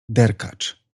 derkacz